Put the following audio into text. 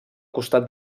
costat